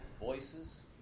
Voices